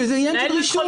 כי זה עניין של רישוי.